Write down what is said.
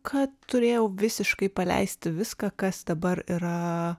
kad turėjau visiškai paleisti viską kas dabar yra